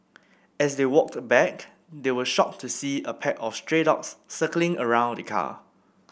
as they walked back they were shocked to see a pack of stray dogs circling around the car